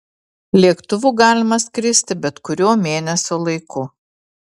lėktuvu galima skristi bet kuriuo mėnesio laiku